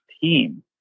team